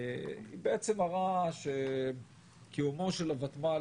היא מראה שקיומו של הוותמ"ל,